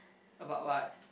about what